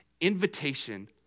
invitation